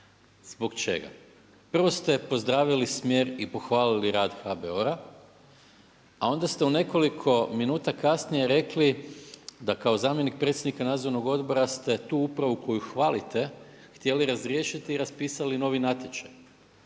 Zbog čega? Prvo ste pozdravili smjer i pohvalili rad HBOR-a, a onda ste u nekoliko minuta kasnije rekli da kao zamjenik predsjednika nadzornog odbora ste tu upravu koju hvalite htjeli razriješiti i raspisali novi natječaj